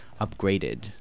upgraded